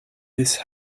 these